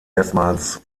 erstmals